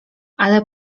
ale